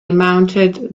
mounted